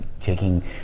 taking